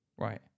Right